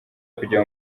kujya